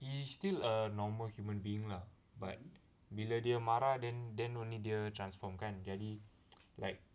he's still a normal human being lah but bila dia marah then then only dia transform kan jadi like